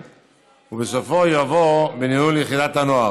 ובסופו יבוא "בניהול יחידת הנוער".